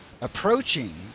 approaching